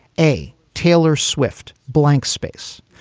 a taylor swift blank space.